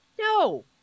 no